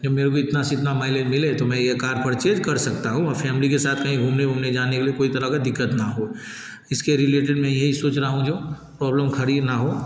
जब मेरे को इतना से इतना मायलेज मिले तो मैं ये कार परचेज कर सकता हूँ और फ़ैमली के साथ कहीं घूमने वूमने जाने के लिए कोई तरह का दिक़्क़त ना हो इसके रिलेटेड मैं यही सोच रहा हूँ जो प्रॉब्लम खड़ी ना हो